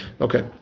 Okay